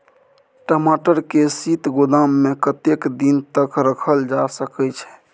टमाटर के शीत गोदाम में कतेक दिन तक रखल जा सकय छैय?